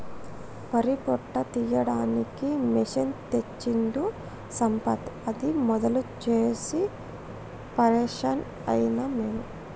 వరి పొట్టు తీయడానికి మెషిన్ తెచ్చిండు సంపత్ అది మొదలు చూసి పరేషాన్ అయినం మేము